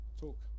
talk